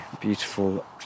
Beautiful